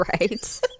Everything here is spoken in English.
Right